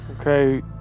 Okay